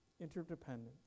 Interdependence